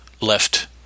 left